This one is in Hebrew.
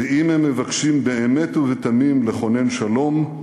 ואם הם מבקשים באמת ובתמים לכונן שלום,